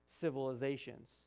civilizations